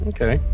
Okay